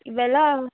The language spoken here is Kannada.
ಇವೆಲ್ಲ